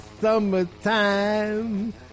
summertime